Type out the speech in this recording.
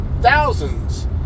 thousands